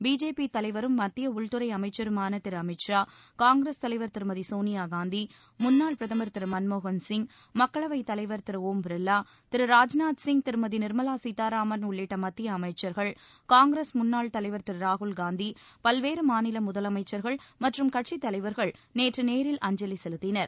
BJP தலைவரும் மத்திய உள்துறை அமைச்சருமான திரு அமித்ஷா காங்கிரஸ் தலைவர் திருமதி சோனியாகாந்தி முன்னாள் பிரதமர் மன்மோகன்சிங் பிர்லா திரு ஒம் திரு திரு ராஜ்நாத்சிங் திருமதி நிர்மலா சீதாராமன் உள்ளிட்ட மத்திய அமைச்சர்கள் காங்கிரஸ் முன்னாள் தலைவர் திரு ராகுல்காந்தி பல்வேறு மாநில முதலமைச்சர்கள் மற்றும் கட்சித் தலைவர்கள் நேற்று நேரில் அஞ்சலி செலுத்தினர்